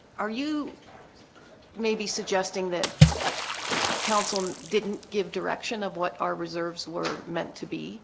are you may be suggesting that that council didn't give direction of what our reserves were meant to be